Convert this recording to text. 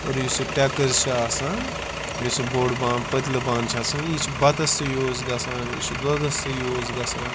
اور یُس یہِ ٹٮ۪کٕر چھِ آسان یُس یہِ بوٚڈ بان پٔتلہٕ بانہٕ چھِ آسان یہِ چھِ بَتَس تہِ یوٗز گژھان یہِ چھُ دۄدَس تہِ یوٗز گژھان